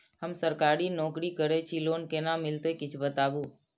हम सरकारी नौकरी करै छी लोन केना मिलते कीछ बताबु?